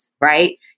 right